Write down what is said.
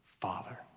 Father